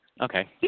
Okay